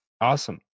Awesome